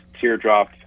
Teardrop